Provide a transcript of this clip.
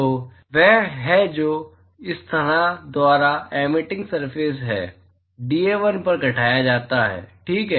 तो वह है जो इस सतह द्वारा एमिटिंग सरफेस ह dA1 पर घटाया जाता है ठीक है